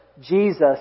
Jesus